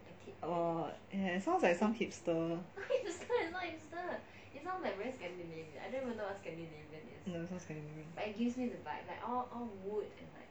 oh ya it sounds like some hipster no it's not scandinavian